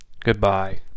Goodbye